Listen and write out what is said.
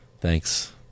Thanks